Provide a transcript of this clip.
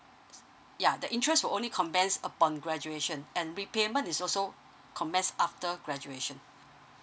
ya the interest will only commence upon graduation and repayment is also commence after graduation